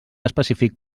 específic